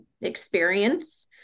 experience